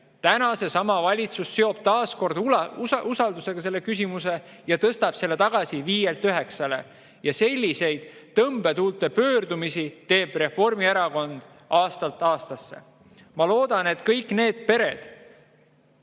Täna sama valitsus seob taas kord usaldusega selle küsimuse ja tõstab käibemaksu tagasi viielt üheksale. Ja selliseid tõmbetuultepöördumisi teeb Reformierakond aastast aastasse. Ma loodan, et kõik need pered,